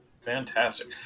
Fantastic